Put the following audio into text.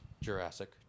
Jurassic